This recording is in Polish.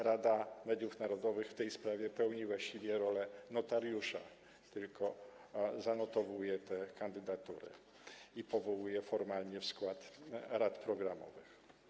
Rada Mediów Narodowych w tej sprawie pełni właściwie rolę notariusza, tylko zanotowuje te kandydatury i powołuje formalnie w skład rad programowych.